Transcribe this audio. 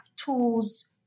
tools